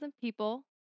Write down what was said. people